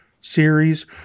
series